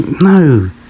No